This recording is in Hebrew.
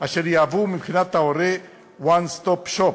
אשר יהוו מבחינת ההורה One Stop Shop,